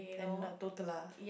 and not total lah